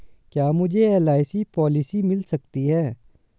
क्या मुझे LIC policy मिल सकती है?